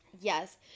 Yes